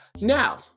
Now